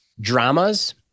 dramas